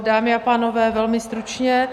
Dámy a pánové, velmi stručně.